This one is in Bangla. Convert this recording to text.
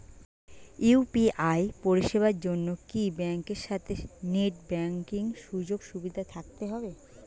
ইউ.পি.আই পরিষেবার জন্য কি ব্যাংকের সাথে নেট ব্যাঙ্কিং সুযোগ সুবিধা থাকতে হবে?